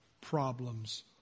problems